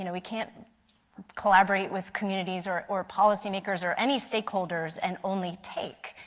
you know we cannot collaborate with communities or or policymakers or any stakeholders and only take,